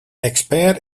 expert